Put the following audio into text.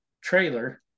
trailer